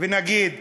ונגיד,